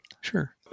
Sure